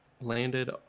landed